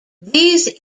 these